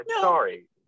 sorry